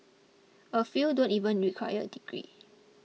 a few don't even require a degree